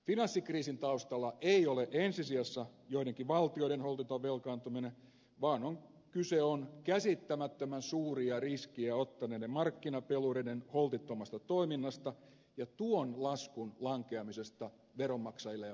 finanssikriisin taustalla ei ole ensi sijassa joidenkin valtioiden holtiton velkaantuminen vaan kyse on käsittämättömän suuria riskejä ottaneiden markkinapelureiden holtittomasta toiminnasta ja tuon laskun lankeamisesta veronmaksajille ja valtiontalouksille